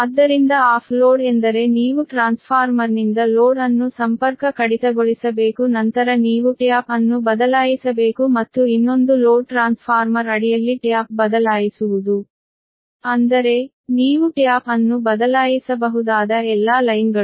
ಆದ್ದರಿಂದ off load ಎಂದರೆ ನೀವು ಟ್ರಾನ್ಸ್ಫಾರ್ಮರ್ನಿಂದ ಲೋಡ್ ಅನ್ನು ಸಂಪರ್ಕ ಕಡಿತಗೊಳಿಸಬೇಕು ನಂತರ ನೀವು ಟ್ಯಾಪ್ ಅನ್ನು ಬದಲಾಯಿಸಬೇಕು ಮತ್ತು ಇನ್ನೊಂದು ಲೋಡ್ ಟ್ರಾನ್ಸ್ಫಾರ್ಮರ್ ಅಡಿಯಲ್ಲಿ ಟ್ಯಾಪ್ ಬದಲಾಯಿಸುವುದು ಅಂದರೆ ನೀವು ಟ್ಯಾಪ್ ಅನ್ನು ಬದಲಾಯಿಸಬಹುದಾದ ಎಲ್ಲಾ ಲೈನ್ ಗಳು